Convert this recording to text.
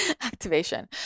activation